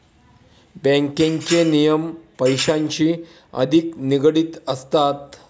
बँकेचे नियम पैशांशी अधिक निगडित असतात